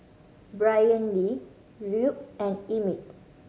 Brynlee Rube and Emmit